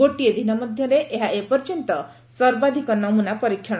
ଗୋଟିଏ ଦିନ ମଧ୍ୟରେ ଏହା ଏପର୍ଯ୍ୟନ୍ତ ସର୍ବାଧିକ ନମୁନା ପରୀକ୍ଷଣ